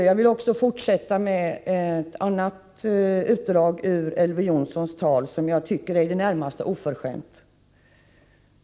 Jag vill också ta upp ett utdrag ur Elver Jonssons anförande som jag tycker är i det närmaste oförskämt.